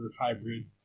hybrid